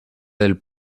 del